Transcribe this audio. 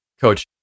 Coach